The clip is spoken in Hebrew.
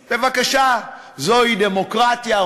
בבקשה, זוהי דמוקרטיה.